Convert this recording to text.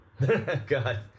God